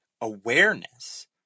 awareness